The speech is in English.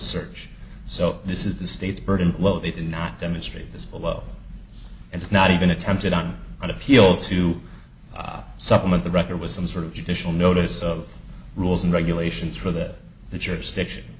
search so this is the state's burden well they did not demonstrate this below and is not even attempted on appeal to supplement the record with some sort of judicial notice of rules and regulations for that the jurisdiction